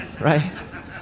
right